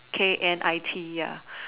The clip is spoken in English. K N I T ya